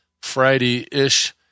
Friday-ish